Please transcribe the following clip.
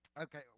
Okay